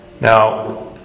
Now